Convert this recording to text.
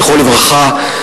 זכרו לברכה,